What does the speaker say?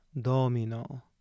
Domino